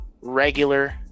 regular